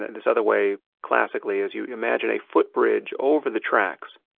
this other way classically is you imagine a footbridge over the tracks.